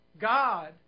God